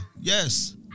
Yes